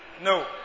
No